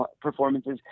performances